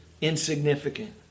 insignificant